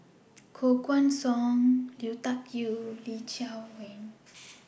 Koh Guan Song Lui Tuck Yew and Lee Chiaw Meng